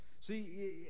see